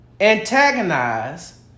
antagonize